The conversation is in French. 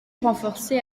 renforcée